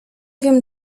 wiem